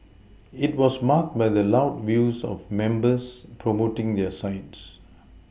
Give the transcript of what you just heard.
it was marked by the loud views of members promoting their sides